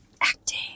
acting